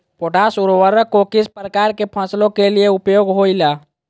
Potash उर्वरक को किस प्रकार के फसलों के लिए उपयोग होईला?